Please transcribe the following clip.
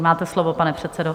Máte slovo, pane předsedo.